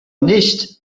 nicht